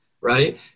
right